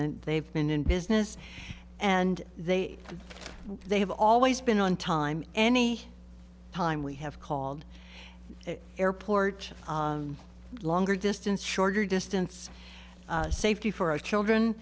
then they've been in business and they they have always been on time any time we have called airport longer distance shorter distance safety for our